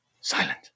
silent